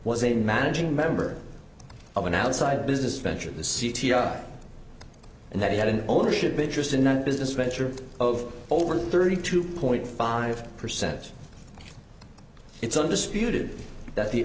a managing member of an outside business venture the c t o and that he had an ownership interest in one business venture of over thirty two point five percent it's undisputed that the